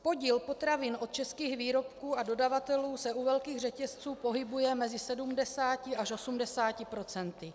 Podíl potravin od českých výrobců a dodavatelů se u velkých řetězců pohybuje mezi 70 až 80 %.